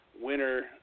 winner